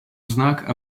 znak